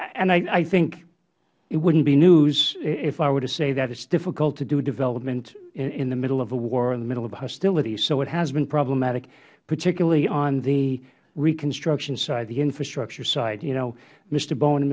and i think it wouldnt be news if i were to say that it is difficult to do development in the middle of a war in the middle of a hostility so it has been problematic particularly on the reconstruction side the infrastructure side you know m